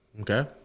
Okay